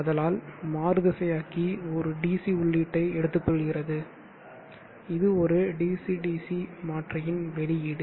ஆதலால் மாறுதிசையாக்கி ஒரு DC உள்ளீட்டை எடுத்துக்கொள்கிறது இது ஒரு dc dc மாற்றியின் வெளியீடு